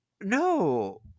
No